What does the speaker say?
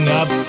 up